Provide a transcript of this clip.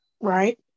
Right